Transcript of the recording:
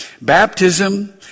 Baptism